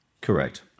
Correct